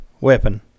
weapon